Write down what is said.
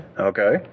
Okay